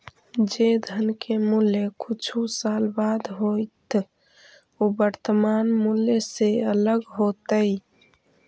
जे धन के मूल्य कुछ साल बाद होतइ उ वर्तमान मूल्य से अलग होतइ